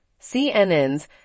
CNNs